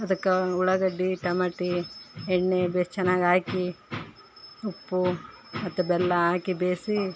ಅದಕ್ಕೆ ಉಳ್ಳಾಗಡ್ಡೆ ಟಮಟಿ ಎಣ್ಣೆ ಭೇಷ್ ಚೆನ್ನಾಗ್ ಹಾಕಿ ಉಪ್ಪು ಮತ್ತು ಬೆಲ್ಲ ಹಾಕಿ ಬೇಯ್ಸಿ